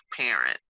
parent